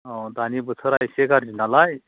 औ दानि बोथोरा एसे गाज्रि नालाय